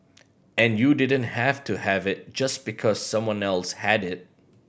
and you didn't have to have it just because someone else had it